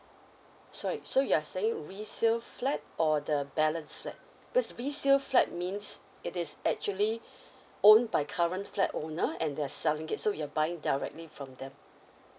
sorry so you are saying resale flat or the balance flat because resale flat means it is actually own by current flat owner and they're selling it so you're buying directly from them